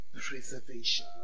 Preservation